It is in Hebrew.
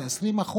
20%,